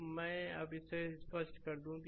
तो अब मैं इसे स्पष्ट कर दूं